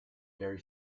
very